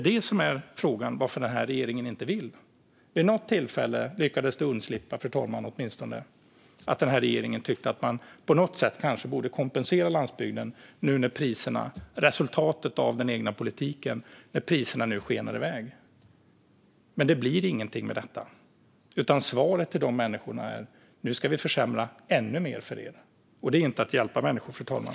Frågan är varför den här regeringen inte vill det. Vid något tillfälle lyckades det undslippa en kommentar om att den här regeringen tyckte att man på något sätt kanske borde kompensera landsbygden nu när resultatet av den egna politiken är att priserna skenar iväg. Men det blir ingenting med detta, utan svaret till de människorna är: Nu ska vi försämra ännu mer för er. Det är inte att hjälpa människor, fru talman.